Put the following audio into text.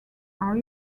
are